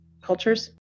cultures